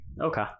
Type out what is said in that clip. okay